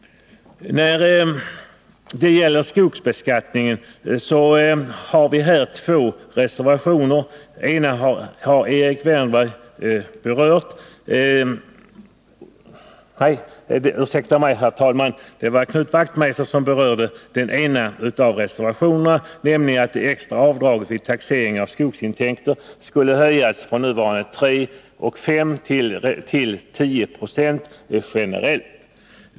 Vi har två reservationer beträffande skogsbeskattningen. Knut Wachtmeister berörde den ena av dessa, nämligen den som handlar om att det extra avdraget vid taxering av skogsintäkter skall höjas från nuvarande 3 resp. 5 Ze till 10 20 generellt.